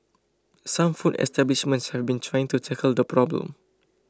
some food establishments have been trying to tackle the problem